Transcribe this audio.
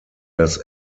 das